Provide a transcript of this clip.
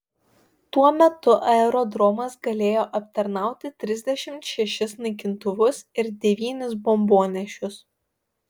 tuo metu aerodromas galėjo aptarnauti trisdešimt šešis naikintuvus ir devynis bombonešius